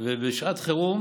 ובשעת חירום